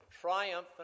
triumphant